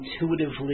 intuitively